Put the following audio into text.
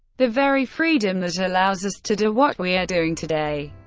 the very freedom that allows us to do what we are doing today.